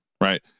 right